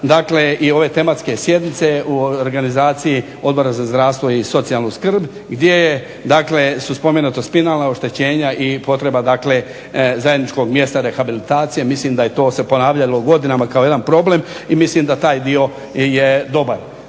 dakle i ove tematske sjednice Odbora za zdravstvo i socijalnu skrb gdje su spomenuta spinalna oštećenja i potreba zajedničkog mjesta rehabilitacije. Mislim da se to ponavljalo godinama kao jedan problem i mislim da je taj dio dobar.